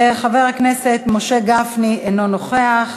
חבר הכנסת משה גפני, אינו נוכח.